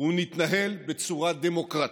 ונתנהל בצורה דמוקרטית.